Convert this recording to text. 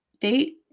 date